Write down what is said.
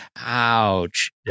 ouch